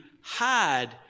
hide